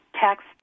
tax